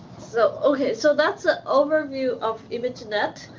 so, okay. so that's an overview of imagenet.